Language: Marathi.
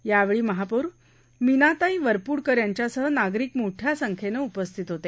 यावेळी महापौर मिनाताई वरपूडकर यांच्यासह नागरिक मोठ्यासंख्येने उपस्थित होते